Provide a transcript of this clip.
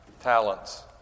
talents